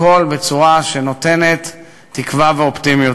הכול בצורה שנותנת תקווה ואופטימיות.